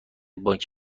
بانک